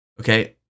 okay